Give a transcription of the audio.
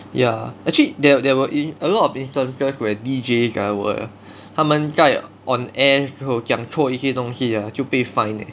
ya actually there there were in a lot of instances where D_Js ah 他们在 on air 之后讲错一些东西 ah 就被 fined